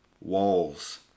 walls